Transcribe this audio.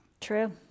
true